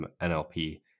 NLP